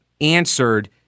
answered